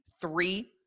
three